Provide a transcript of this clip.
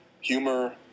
humor